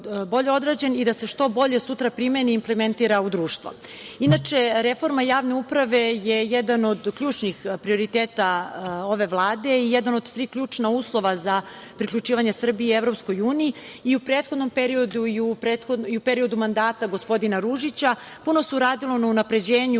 bolje odrađen i da se što bolje sutra primeni i implementira u društvo. Inače, reforma javne uprave je jedan od ključnih prioriteta ove Vlade i jedan od tri ključna uslova za priključivanje Srbije i EU. I u prethodnom periodu i u periodu mandata gospodina Ružića puno su radili na unapređenju